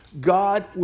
God